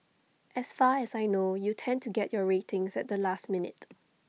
as far as I know you tend to get your ratings at the last minute